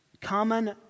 common